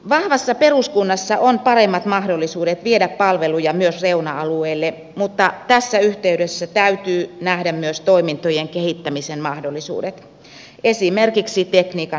vahvassa peruskunnassa on paremmat mahdollisuudet viedä palveluja myös reuna alueille mutta tässä yhteydessä täytyy nähdä myös toimintojen kehittämisen mahdollisuudet esimerkiksi tekniikan hyödyntäminen